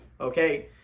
Okay